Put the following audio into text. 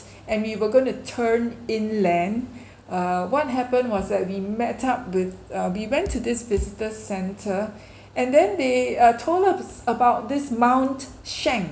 and we were going to turn inland uh what happened was that we met up with uh we went to this visitor centre and then they uh told us about this mount schank